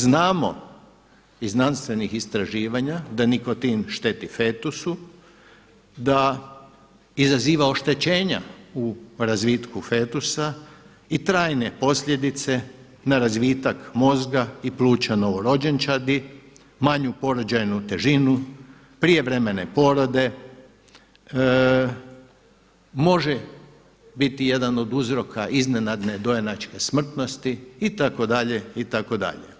Znamo iz znanstvenih istraživanja da nikotin šteti fetusu, da izaziva oštećenja u razvitku fetusa i trajne posljedice na razvitak mozga i pluća novorođenčadi, manju porođajnu težinu, prijevremene porode, može biti jedan od uzroka iznenadne dojenačke smrtnosti itd., itd.